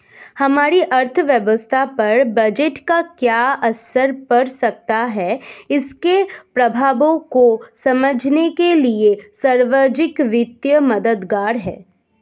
हमारी अर्थव्यवस्था पर बजट का क्या असर पड़ सकता है इसके प्रभावों को समझने के लिए सार्वजिक वित्त मददगार है